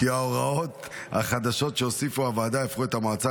כי ההוראות החדשות שהוסיפה הוועדה יהפכו את המועצה